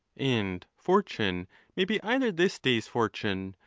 and fortune may be either this day's fortune,